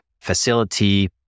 facility